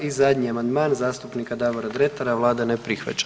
I zadnji amandman zastupnika Davora Dretara, Vlada ne prihvaća.